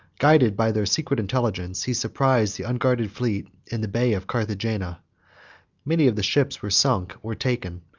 guided by their secret intelligence, he surprised the unguarded fleet in the bay of carthagena many of the ships were sunk, or taken,